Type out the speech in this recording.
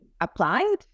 applied